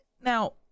Now